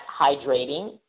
hydrating